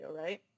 right